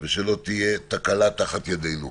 ושלא תהיה תקלה תחת ידינו.